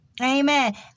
Amen